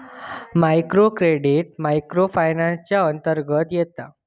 micro credit micro finance च्या अंतर्गत येता